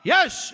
Yes